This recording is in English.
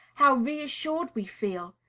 how reassured we feel,